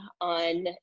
on